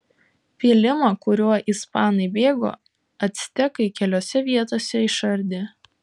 pylimą kuriuo ispanai bėgo actekai keliose vietose išardė